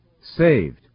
saved